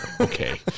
Okay